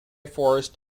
forest